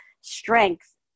strength